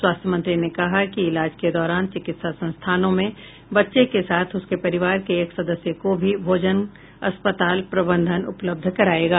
स्वास्थ्य मंत्री ने कहा कि इलाज के दौरान चिकित्सा संस्थानों में बच्चे के साथ उसके परिवार के एक सदस्य का भी भोजन अस्पताल प्रबंधन उपलब्ध करायेगा